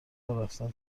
ورفتن